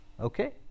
Okay